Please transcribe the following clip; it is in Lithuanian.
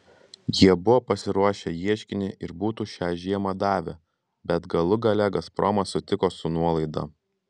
jie buvo pasiruošę ieškinį ir būtų šią žiemą davę bet galų gale gazpromas sutiko su nuolaida